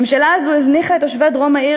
הממשלה הזאת הזניחה את תושבי דרום העיר